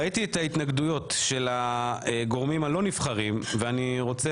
ראיתי את ההתנגדויות של הגורמים הלא נבחרים ואני רוצה